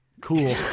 Cool